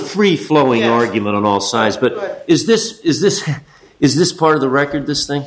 free flowing argument on all sides but is this is this is this part of the record this thing